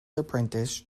apprentice